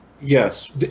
Yes